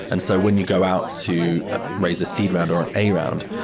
and so when you go out to raise a seed round on an a round,